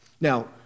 Now